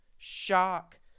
shock